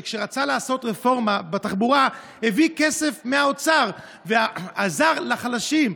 שכשרצה לעשות רפורמה בתחבורה הביא כסף מהאוצר ועזר לחלשים.